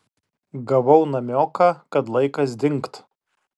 gavau namioką kad laikas dingt